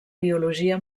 biologia